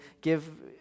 Give